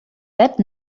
that